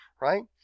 right